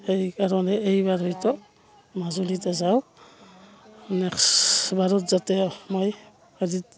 সেইকাৰণে এইবাৰ হয়তো মাজুলীতে যাওঁ নেক্সবাৰত যাতে মই